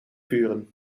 vuren